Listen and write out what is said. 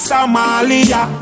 Somalia